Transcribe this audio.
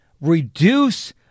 reduce